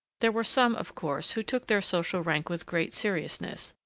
there were some, of course, who took their social rank with great seriousness,